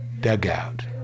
dugout